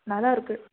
நல்லாயிருக்கு